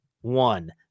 one